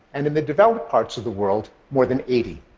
and in the developed parts of the world, more than eighty.